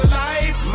life